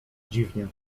dziwnie